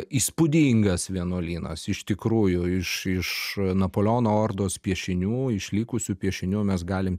įspūdingas vienuolynas iš tikrųjų iš iš napoleono ordos piešinių išlikusių piešinių mes galim